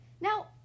Now